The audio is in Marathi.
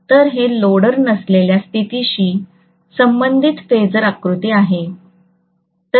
तर हे लोडर नसलेल्या स्थितीशी संबंधित फेसर आकृती आहे